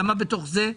למה בתוך זה?